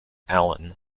allen